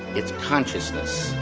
it's consciousness.